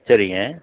சரிங்க